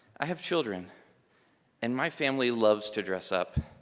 i have children and my family loves to dress up.